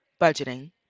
budgeting